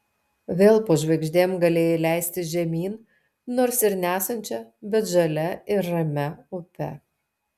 vėl po žvaigždėm galėjai leistis žemyn nors ir nesančia bet žalia ir ramia upe